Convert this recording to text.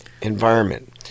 environment